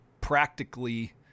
practically